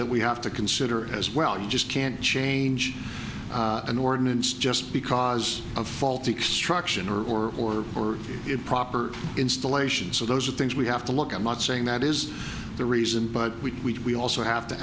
that we have to consider as well you just can't change an ordinance just because of faulty extraction or or or improper installation so those are things we have to look i'm not saying that is the reason but we also have to